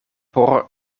por